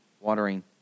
watering